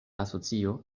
asocio